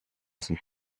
sind